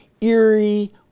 eerie